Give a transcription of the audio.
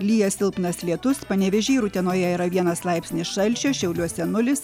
lyja silpnas lietus panevėžy ir utenoje yra vienas laipsnis šalčio šiauliuose nulis